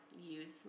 use